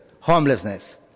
homelessness